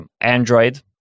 Android